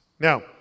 Now